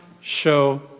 show